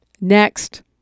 next